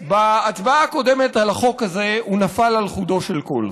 בהצבעה הקודמת על החוק הזה הוא נפל על חודו של קול,